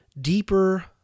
deeper